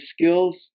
skills